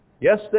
Yes